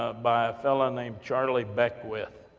ah by a fellow named charlie beckwith,